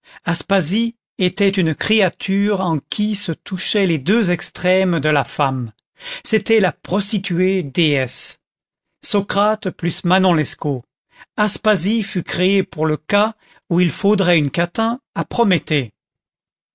aspasie était une créature en qui se touchaient les deux extrêmes de la femme c'était la prostituée déesse socrate plus manon lescaut aspasie fut créée pour le cas où il faudrait une catin à